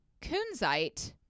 kunzite